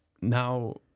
now